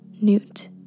Newt